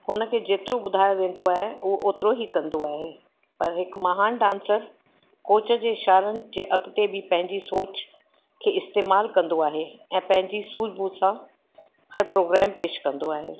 हुन खे जेतिरो ॿुधाए वेंदो आहे उहो ओतिरो ई कंदो आहे पर हिकु महान डांसर कोच जे इशारनि जे अॻिते बि पंहिंजी सोच खे इस्तेमाल कंदो आहे ऐं पंहिंजी सूझ बूझ सां हर प्रोग्राम पेश कंदो आहे